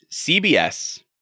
CBS